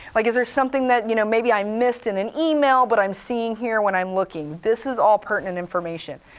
like is there something that, you know maybe i missed in an email, but i'm seeing here when i'm looking? this is all pertinent information.